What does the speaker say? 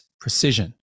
precision